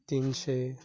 तीनशे